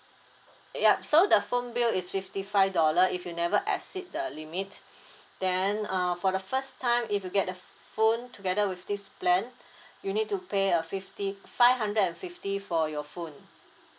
yup so the phone bill is fifty five dollar if you never exceed the limit then uh for the first time if you get the phone together with this plan you need to pay a fifty five hundred and fifty for your phone